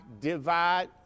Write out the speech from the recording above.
divide